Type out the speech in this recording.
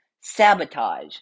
Sabotage